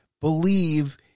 believe